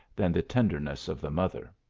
than the tenderness of the mother.